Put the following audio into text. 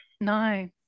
no